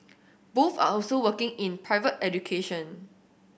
both are also working in private education